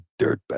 dirtbag